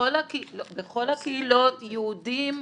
ובכל הקהילות, יהודים,